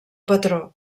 patró